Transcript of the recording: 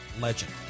Legend